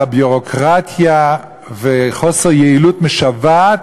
אלא ביורוקרטיה וחוסר יעילות משווע.